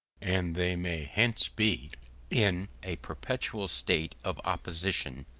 and they may thence be in a perpetual state of opposition.